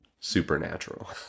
supernatural